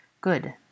Good